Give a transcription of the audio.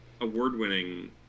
award-winning